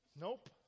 Nope